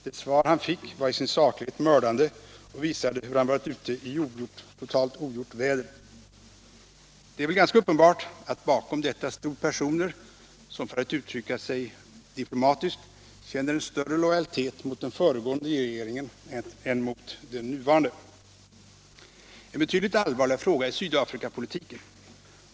Det svar han fick var i sin saklighet mördande och visade att han varit ute i ogjort väder. Det är väl ganska uppenbart att bakom detta stod personer som, för att uttrycka sig diplomatiskt, känner en större lojalitet mot den föregående regeringen än mot den nuvarande. En betydligt allvarligare fråga är Sydafrikapolitiken.